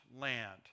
land